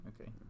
Okay